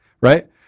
right